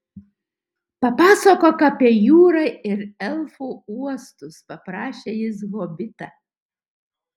papasakok apie jūrą ir elfų uostus paprašė jis hobitą